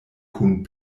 kun